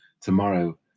tomorrow